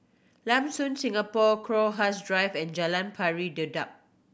Lam Soon Singapore Crowhurst Drive and Jalan Pari Dedap